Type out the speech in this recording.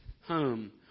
home